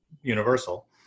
universal